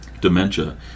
dementia